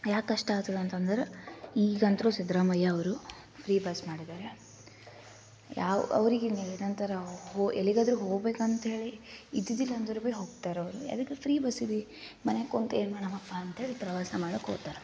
ಯಾಕೆ ಕಷ್ಟ ಆಗ್ತದೆ ಅಂತಂದ್ರೆ ಈಗ ಅಂತು ಸಿದ್ಧರಾಮಯ್ಯ ಅವರು ಫ್ರೀ ಬಸ್ ಮಾಡಿದಾರೆ ಯಾವ ಅವ್ರಿಗೆ ಏನ್ ಏನಂತಾರ ಹೊ ಎಲ್ಲಿಗಾದ್ರು ಹೋಬೇಕಂತೇಳಿ ಇದ್ದಿದಿಲ್ಲ ಅಂದ್ರೆ ಬಿ ಹೋಗ್ತಾರೆ ಅವ್ರು ಯಾವ್ದಕ್ ಫ್ರೀ ಬಸ್ ಇದೆ ಮನೆಗೆ ಕುಂತು ಏನು ಮಾಡೋಣಪ್ಪ ಅಂತೇಳಿ ಪ್ರವಾಸ ಮಾಡೋಕ್ ಹೋಗ್ತಾರೆ